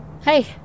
Hey